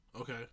Okay